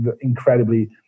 incredibly